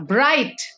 Bright